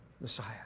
Messiah